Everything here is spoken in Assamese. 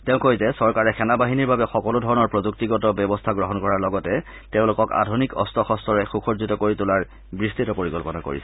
তেওঁ কয় যে চৰকাৰে সেনা বাহিনীৰ বাবে সকলো ধৰণৰ প্ৰযুক্তিগত ব্যৱস্থা গ্ৰহণ কৰাৰ লগতে তেওঁলোকক আধুনিক অস্ত্ৰ শস্ত্ৰৰে সুসজ্জিত কৰি তোলাৰ বিস্তত পৰিকল্পনা কৰিছে